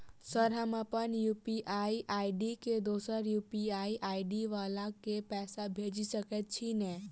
Sir हम अप्पन UPI ID सँ दोसर यु.पी.आई आई.डी वला केँ पैसा भेजि सकै छी नै?